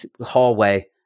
hallway